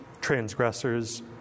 transgressors